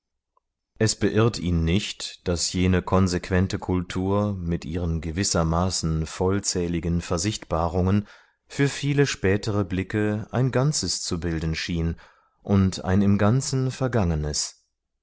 es beirrt ihn nicht daß jene konsequente kultur mit ihren gewissermaßen vollzähligen versichtbarungen für viele spätere blicke ein ganzes zu bilden schien und ein im ganzen vergangenes